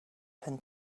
than